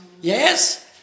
Yes